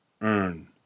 earn